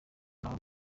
ati